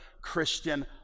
Christian